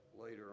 later